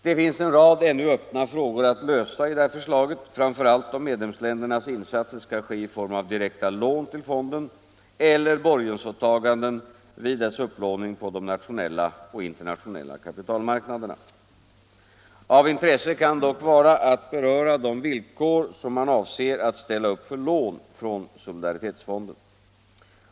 Det finns en rad ännu öppna frågor att lösa i detta förslag framför allt om medlemsländernas insatser skall ske i form av direkta lån till fonden eller borgensåtaganden vid dess upplåning på de nationella och internationella kapitalmarknaderna. Av intresse kan dock vara att beröra lansproblemen på grund av de höjda lansproblemen på grund av de höjda oljepriserna de villkor som man avser att ställa upp för lån från solidaritetsfonden.